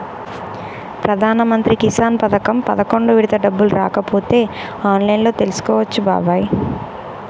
ప్రధానమంత్రి కిసాన్ పథకం పదకొండు విడత డబ్బులు రాకపోతే ఆన్లైన్లో తెలుసుకోవచ్చు బాబాయి